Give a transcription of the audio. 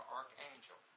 archangel